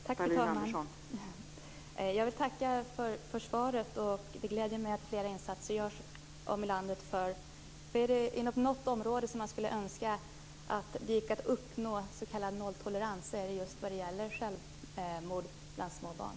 Fru talman! Jag vill tacka för svaret. Det gläder mig att det görs flera olika insatser ute i landet med denna inriktning. Ett område där jag skulle önska att det gick att förverkliga en nollvision är just det som gäller självmord bland småbarn.